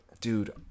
Dude